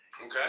Okay